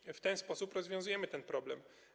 I w ten sposób rozwiązujemy ten problem.